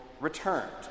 returned